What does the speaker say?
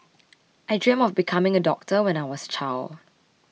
I dreamed of becoming a doctor when I was a child